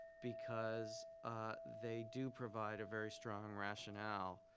because they do provide a very strong rationale.